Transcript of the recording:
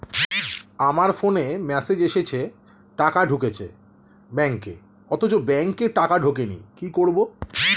আমার ফোনে মেসেজ এসেছে টাকা ঢুকেছে ব্যাঙ্কে অথচ ব্যাংকে টাকা ঢোকেনি কি করবো?